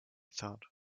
thought